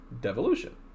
Devolution